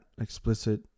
explicit